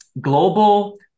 global